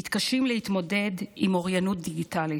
שמתקשות להתמודד עם אוריינות דיגיטלית.